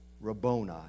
Rabboni